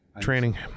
Training